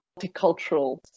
multicultural